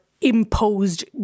imposed